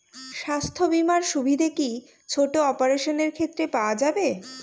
স্বাস্থ্য বীমার সুবিধে কি ছোট অপারেশনের ক্ষেত্রে পাওয়া যাবে?